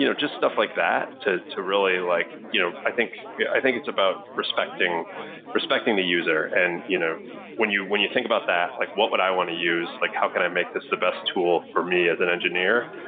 you know just stuff like that to to really like you know i think yeah i think it's about respecting respecting the user. and you know when you when you think about that, like, what would i want to use? like how can i make this the best tool for me as an engineer?